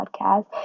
podcast